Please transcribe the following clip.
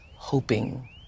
hoping